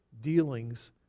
dealings